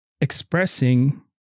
expressing